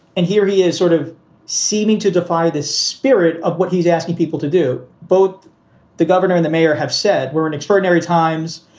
and here he is sort of seeming to defy the spirit of what he's asking people to do. both the governor and the mayor have said we're in extraordinary times.